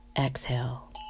Exhale